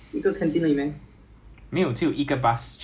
Tengah air base 还有还有 choice 有 one seven two